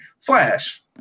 Flash